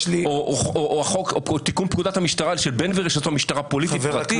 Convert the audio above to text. או תיקון פקודת המשטרה שלבן גביר יש משטרה פוליטית פרטית?